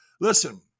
Listen